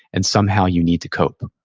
and somehow, you need to cope.